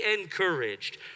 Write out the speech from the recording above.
encouraged